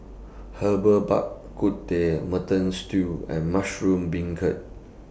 Herbal Bak Ku Teh Mutton Stew and Mushroom Beancurd